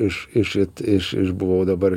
iš iš vat iš iš buvau dabar